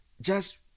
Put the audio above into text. Just